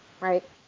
right